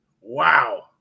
wow